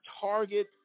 target